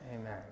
amen